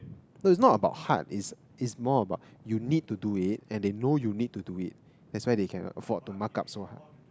it's not about hard is is more about you need to do it and they know you need to do it that's why they cannot afford to mark up so hard